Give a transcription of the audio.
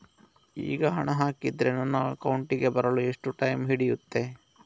ಈಗ ಹಣ ಹಾಕಿದ್ರೆ ನನ್ನ ಅಕೌಂಟಿಗೆ ಬರಲು ಎಷ್ಟು ಟೈಮ್ ಹಿಡಿಯುತ್ತೆ?